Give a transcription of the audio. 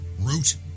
Root